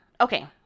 okay